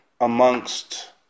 amongst